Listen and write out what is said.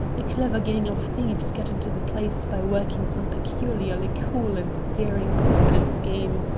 a clever gang of thieves get into the place by working some particularly cool and daring confidence game.